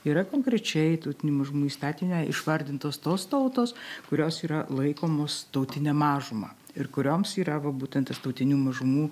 yra konkrečiai tautinių mažumų įstatyme išvardintos tos tautos kurios yra laikomos tautine mažuma ir kurioms yra va būtent tas tautinių mažumų